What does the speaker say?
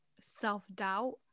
self-doubt